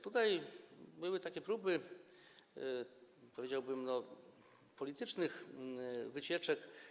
Tutaj były takie próby, powiedziałbym, politycznych wycieczek.